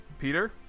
Peter